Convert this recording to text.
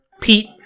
Pete